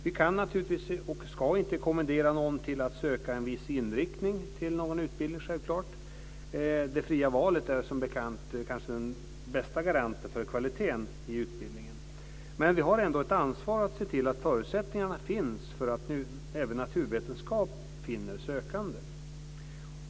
Vi kan eller ska naturligtvis inte kommendera någon att söka en viss inriktning eller utbildning. Det fria valet är som bekant kanske den bästa garanten för kvaliteten i utbildningen. Men vi har ändå ett ansvar för att se till att förutsättningarna finns för att även naturvetenskap finner sökande.